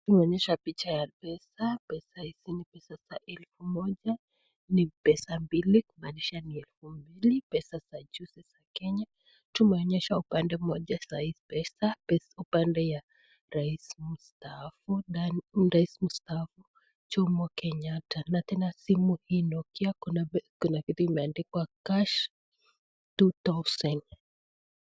Tumeonueshwa picha ya pesa. Pesa hizi ni za elfu moja ni pesa mbili kumanisha ni elfu mbili pesa za juzi za Kenya. Tumeonyeshwa pande moja za hii pesa. Pesa upanda ya rais mstaafu Jomo Kenyatta. Tena hii simu nokia kuna vitu imeandikwa cash two thousand .